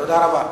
תודה רבה.